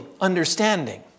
understanding